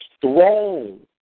thrown